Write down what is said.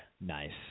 Nice